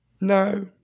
No